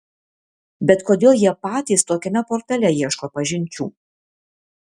bet kodėl jie patys tokiame portale ieško pažinčių